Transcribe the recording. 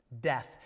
Death